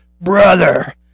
Brother